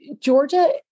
Georgia